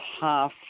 half